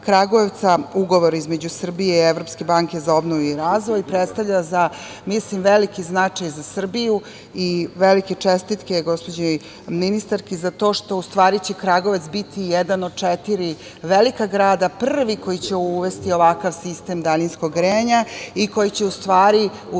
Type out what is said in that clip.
Ugovor između Srbije i Evropske banke za obnovu i razvoj, predstavlja veliki značaj za Srbiju. Velike čestitke gospođi ministarki za to što će u stvari Kragujevac biti jedan od četiri velika grada koji će prvi uvesti ovakav sistem daljinskog grejanja i koji će u stvari uraditi